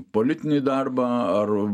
politinį darbą ar